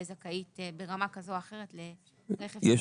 זכאית ברמה כזו או אחרת לרכב מדינה.